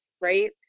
right